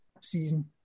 season